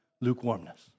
lukewarmness